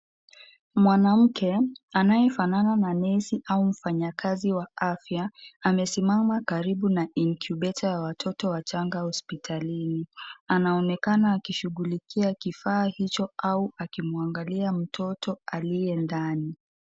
Mwanamke anayefanana na nesi au mfanyikazi wa afya amesimama karibu na incubator ya watoto wachanga hospitalini. Anaonekana akishughulikia kifaa hicho au akimwangalia mtoto aliye ndani.